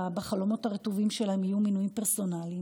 בחלומות הרטובים שלהם יהיו מינויים פרסונליים,